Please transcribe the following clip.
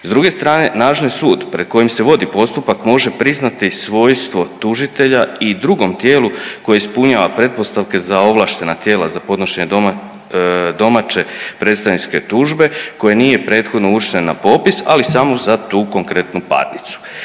S druge strane nadležni sud pred kojim se vodi postupak može priznati svojstvo tužitelja i drugom tijelu koje ispunjava pretpostavke za ovlaštena tijela za podnošenje domaće predstavničke tužbe koje nije prethodno uvršteno na popis, ali samo za tu konkretnu parnicu.